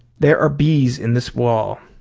there are bees in this wall.